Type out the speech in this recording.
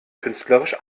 künstlerisch